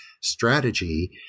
strategy